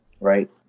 right